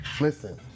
listen